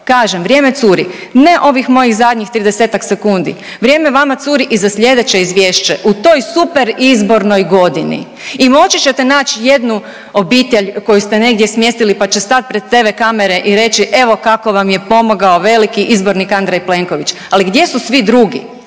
Kažem vrijeme curi, ne ovih mojih zadnjih 30-tak sekundi, vrijeme vama curi i za slijedeće izvješće u toj super izbornoj godini i moći ćete nać jednu obitelj koju ste negdje smjestili, pa će stat pred tv kamere i reći evo kako vam je pomogao veliki izbornik Andrej Plenković, ali gdje su svi drugi?